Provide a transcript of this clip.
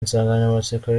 insanganyamatsiko